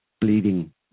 bleeding